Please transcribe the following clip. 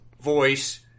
voice